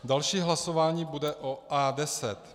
Další hlasování bude o A10.